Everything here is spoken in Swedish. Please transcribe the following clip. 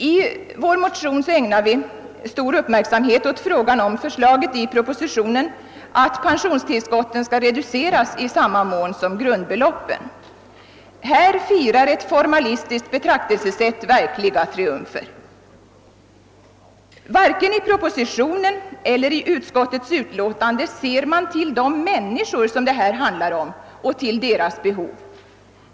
I vår motion ägnar vi stor uppmärksamhet åt frågan om förslaget i propositionen att pensionstillskotten skall reduceras i samma mån som grundbeloppen. Här firar ett formalistiskt betraktelsesätt verkliga triumfer. Varken i propositionen eller i utskottets utlåtande ser man till de människor det handlar om och till deras behov.